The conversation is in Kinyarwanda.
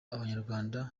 abanyarwanda